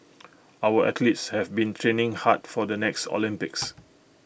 our athletes have been training hard for the next Olympics